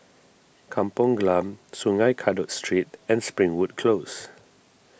Kampung Glam Sungei Kadut Street and Springwood Close